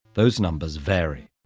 those numbers vary.